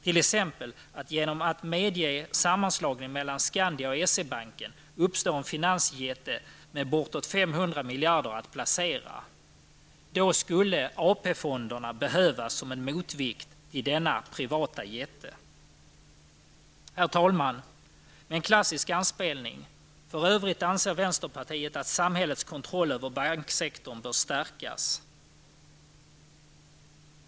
Genom att t.ex. medge sammanslagning mellan Skandia och SE-Banken uppstår en finansjätte med bortåt 500 miljarder att placera och då skulle AP-fonderna behövas som en motvikt till denna privata jätte. Herr talman! Med en klassisk anspelning: För övrigt anser vänsterpartiet att samhällets kontroll över banksektorn bör stärkas.